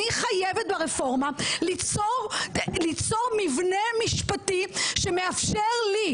אני חייבת ברפורמה ליצור מבנה משפטי שמאפשר לי,